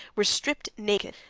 were stripped naked,